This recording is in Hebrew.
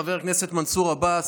חבר הכנסת מנסור עבאס,